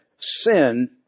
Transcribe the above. sin